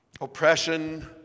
oppression